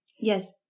Yes